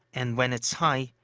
and when it's high,